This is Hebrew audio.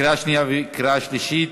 קריאה שנייה וקריאה שלישית.